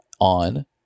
on